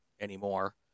anymore